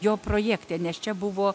jo projekte nes čia buvo